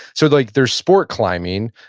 so like there's sport climbing,